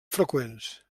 freqüents